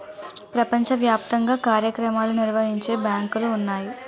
ప్రపంచ వ్యాప్తంగా కార్యక్రమాలు నిర్వహించే బ్యాంకులు ఉన్నాయి